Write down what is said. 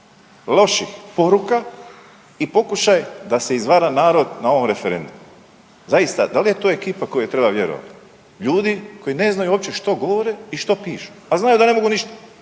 loših poruka i pokušaj da se izvara narod na ovom referendumu. Zaista da li je to ekipa kojoj treba vjerovat? Ljudi koji ne znaju uopće što govore i što pišu, a znaju da ne mogu ništa,